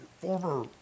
former